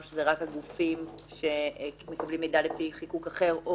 שזה רק הגופים שמקבלים מידע לפי חיקוק אחר.